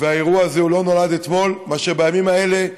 והאירוע הזה לא נולד אתמול, מאשר הימים האלה,